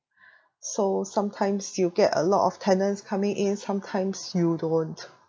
so sometimes you get a lot of tenants coming in sometimes you don't